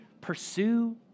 pursue